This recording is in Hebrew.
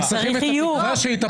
הם צריכים את התקווה שיטפלו בהם.